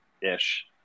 ish